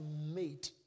made